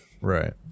Right